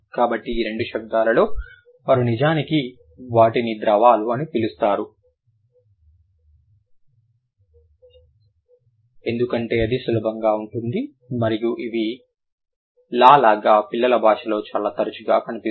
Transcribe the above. కాబట్టి ఈ రెండు శబ్దాలలో నిజానికి వాటిని ద్రవాలు అని పిలుస్తారు ఎందుకంటే అది సులభంగా ఉంటుంది మరియు ఇవి లా లాగా పిల్లల భాషలో చాలా తరచుగా కనిపిస్తుంది